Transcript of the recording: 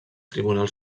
tribunal